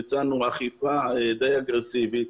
וביצענו אכיפה די אגרסיבית.